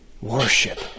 worship